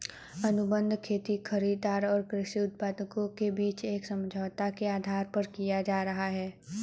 अनुबंध खेती खरीदार और कृषि उत्पादकों के बीच एक समझौते के आधार पर किया जा रहा है